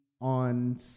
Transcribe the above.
on